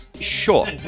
Sure